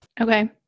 Okay